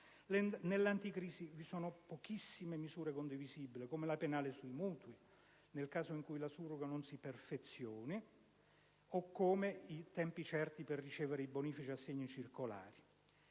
anticrisi vi sono pochissime misure condivisibili, come la penale sui mutui, nel caso in cui la surroga non si perfezioni, o come i tempi certi per ricevere bonifici e assegni circolari.